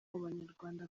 banyarwanda